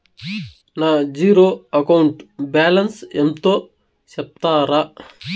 నా zero account balance ఎంతో సెప్తారా?